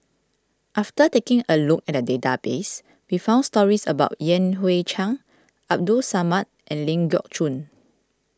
after taking a look at the database we found stories about Yan Hui Chang Abdul Samad and Ling Geok Choon